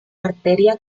arteria